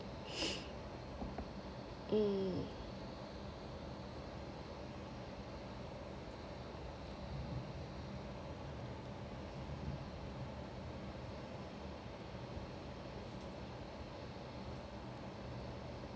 mm